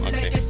Okay